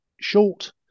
short